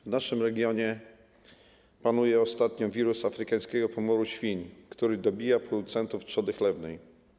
W naszym regionie panuje ostatnio wirus afrykańskiego pomoru świń, który dobija producentów trzody chlewnej.